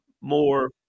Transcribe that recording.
more